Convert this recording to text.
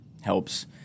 helps